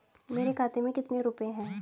मेरे खाते में कितने रुपये हैं?